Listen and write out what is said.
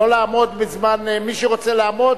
לא לעמוד בזמן, מי שרוצה לעמוד,